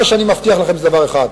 מה שאני מבטיח לכם זה דבר אחד: